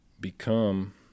become